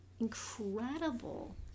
incredible